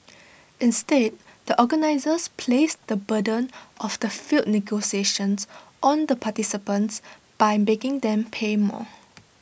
instead the organisers placed the burden of the failed negotiations on the participants by making them pay more